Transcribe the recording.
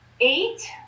eight